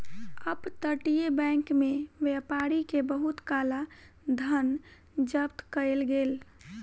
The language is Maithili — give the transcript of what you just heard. अप तटीय बैंक में व्यापारी के बहुत काला धन जब्त कएल गेल